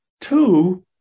two